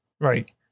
right